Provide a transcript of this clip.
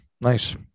Nice